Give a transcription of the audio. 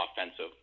offensive